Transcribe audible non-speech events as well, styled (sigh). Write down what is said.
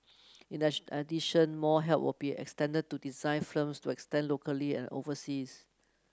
in (unintelligible) addition more help will be extended to design (unintelligible) to expand locally and overseas